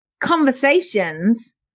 conversations